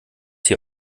hier